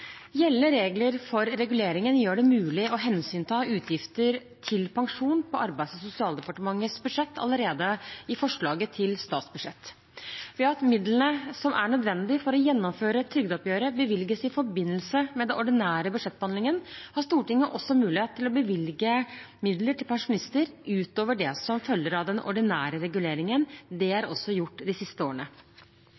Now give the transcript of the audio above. Gjeldende regler for reguleringen gjør det mulig å hensynta utgifter til pensjon på Arbeids- og sosialdepartementets budsjett allerede i forslaget til statsbudsjett. Ved at midlene som er nødvendige for å gjennomføre trygdeoppgjøret, bevilges i forbindelse med den ordinære budsjettbehandlingen, har Stortinget også mulighet til å bevilge midler til pensjonister utover det som følger av den ordinære reguleringen. Det er